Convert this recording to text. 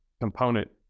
component